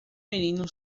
menino